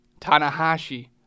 Tanahashi